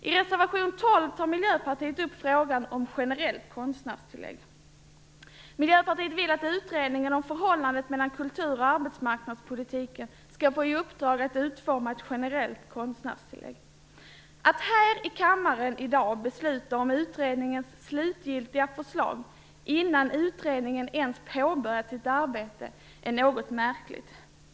I reservation 12 tar Miljöpartiet upp frågan om generellt konstnärstillägg. Miljöpartiet vill att utredningen om förhållandet mellan kultur och arbetsmarknadspolitiken skall få i uppdrag att utforma ett generellt konstnärstillägg. Att här i kammaren i dag besluta om utredningens slutgiltiga förslag innan utredningen ens påbörjat sitt arbete är något märkligt.